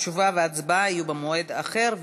התשובה וההצבעה יהיו במועד אחר,